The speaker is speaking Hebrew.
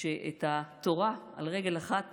הוא שאת התורה על רגל אחת